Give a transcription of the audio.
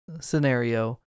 scenario